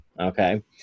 Okay